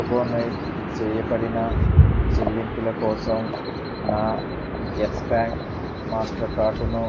tokenise చెయ్యబడిన చెల్లింపుల కోసం నా యస్ బ్యాంక్ మాస్టర్ కార్డును